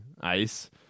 Ice